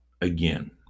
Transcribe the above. again